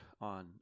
on